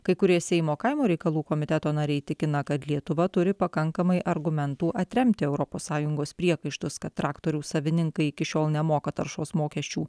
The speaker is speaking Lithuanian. kai kurie seimo kaimo reikalų komiteto nariai tikina kad lietuva turi pakankamai argumentų atremti europos sąjungos priekaištus kad traktorių savininkai iki šiol nemoka taršos mokesčių